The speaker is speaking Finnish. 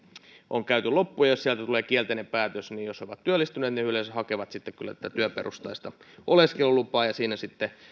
on käyty loppuun ja jos sieltä tulee kielteinen päätös niin jos he ovat työllistyneet he yleensä kyllä hakevat tätä työperusteista oleskelulupaa siinä sitten